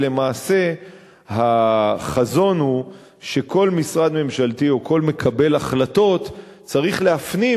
כי למעשה החזון הוא שכל משרד ממשלתי או כל מקבל החלטות צריך להפנים